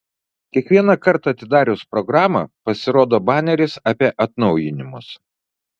kiekvieną kartą atidarius programą pasirodo baneris apie atnaujinimus